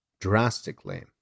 drastically